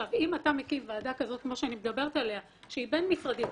אם אתה מקים ועדה כזאת כמו שאני מדברת עליה שהיא בין משרדית,